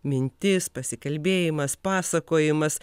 mintis pasikalbėjimas pasakojimas